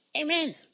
Amen